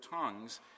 tongues